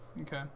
Okay